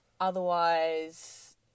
otherwise